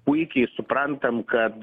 puikiai suprantam kad